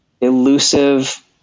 Elusive